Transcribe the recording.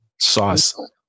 Sauce